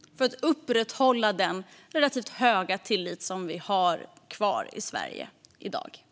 Det handlar om att upprätthålla den relativt höga tillit som vi har kvar i Sverige i dag.